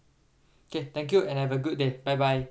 okay thank you and have a good day bye bye